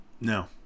No